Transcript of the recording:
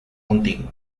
contigo